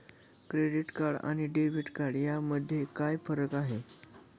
Credit card आणि debit card यामध्ये काय फरक आहे?